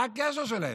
מה הקשר שלהם?